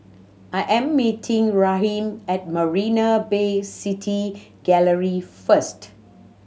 I am meeting Raheem at Marina Bay City Gallery first